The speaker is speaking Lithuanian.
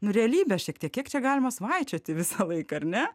nu realybės šiek tiek kiek čia galima svaičioti visą laiką ar ne